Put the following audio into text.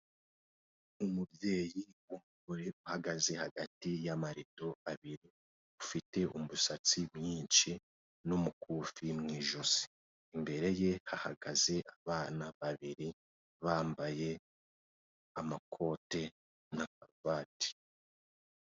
Umubyeyi muremure uhagaze hagati y'amarido abiri, ufite umusatsi mwinshi n'umukufi mu ijosi. Imbere ye hahagaze abana babiri, bambaye amakoti na cravat.